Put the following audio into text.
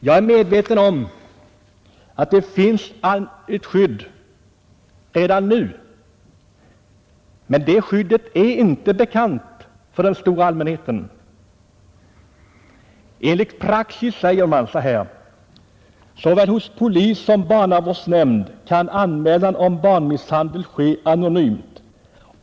Jag är medveten om att det finns ett skydd redan nu, men det skyddet är inte bekant för den stora allmänheten och är ej heller tillräckligt. Enligt praxis säger man att såväl hos polis som hos barnavårdsnämnd kan anmälan om misshandel ske anonymt.